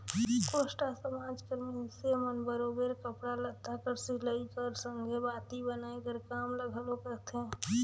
कोस्टा समाज कर मइनसे मन बरोबेर कपड़ा लत्ता कर सिलई कर संघे बाती बनाए कर काम ल घलो करथे